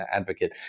advocate